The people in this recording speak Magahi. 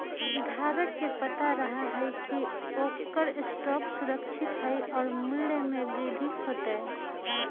धारक के पता रहा हई की ओकर स्टॉक सुरक्षित हई और मूल्य में वृद्धि होतय